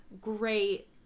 great